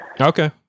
okay